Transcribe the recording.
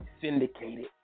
syndicated